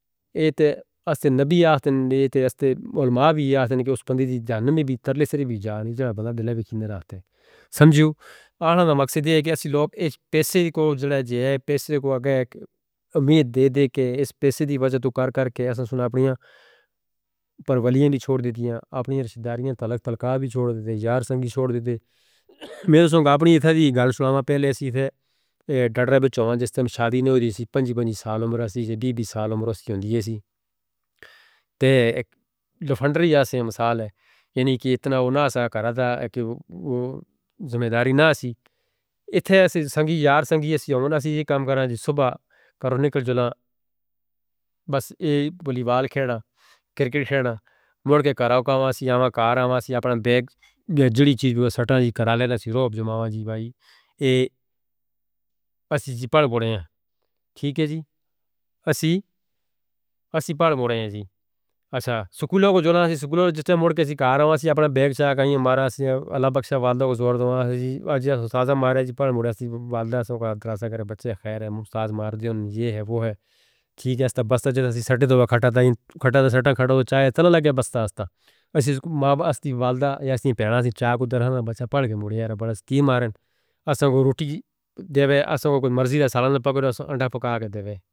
ایتے اصل نبیات ہیں اتے اصل علماءیات ہیں کہ اس بندی دی جان میں بھی ترلے سریوی جانی جھاں بندہ دلہ ویکھیں نہ رہتے سمجھو آنا دا مقصد یہ کہ اس لوگ ایک پیسے کو امید دے دے کہ اس پیسے دی وجہ تو کر کر کے اساں سن اپنی پرولیاں دی چھوڑ دی دیاں اپنی رشداریاں تلاقہ بھی چھوڑ دی دیاں یار سنگی چھوڑ دی دیاں۔ میرے سنگ اپنی اتھا دی گال سُلاوا پہلے اسی تھے ڈٹ رہے بچونا جس ترم شادی نہیں ہوئی تھی پینجی پینجی سال عمرہ سی جی بی بی سال عمرہ سی ہندی ہے سی تے ایک لفنڈری جا سے مثال ہے یعنی کہ اتنا انہا سا کر دا کہ وہ ذمہ داری نہ سی اتھے اسی سنگی یار سنگی اسی آونا سی کام کران جی صبح کرو نکل جلا بس ای بلیبال کھڑنا کرکٹ کھڑنا موڑ کے کراو کمان سی آونا کار آونا سی اپنا بیگ جڑی چیز بھی وہ سٹاں جی کرا لینا سی روب جمعوان جی بائی ای اسی جی پڑھ بوری ہیں ٹھیک ہے جی اسیں پڑھ بوری ہیں جی اچھا سکولوں کو جونا اسی سکولوں جستے موڑ کے اسی کار آونا سی اپنا بیگ چھا کھائیں مارا سی۔ اللہ بخشہ والدہ کو زور دو آنا سی آج جیہاں ساسہ مارے جی پڑھ موڑیا سی والدہ سن کو آہ دراؤں ساگر بچے خیر ہے موڑ ساسہ مار دے اون یہ ہے وہ ہے ٹھیک ہے اس تا بس تا جڑا تھی سٹے توہاں کھٹا تھا سٹے کھٹو توہاں کھایا تنہ لگے بستہ اس تا اس دی والدہ یا اس دی پیرہاں سے چائے کو درھان بچہ پڑھ کے موڑیا ربہ رست کی مارن اساں کو روٹی دےوے اساں کو کوئی مرضی نہ سالان پاگے اساں انڈھا پکا کے دےوے.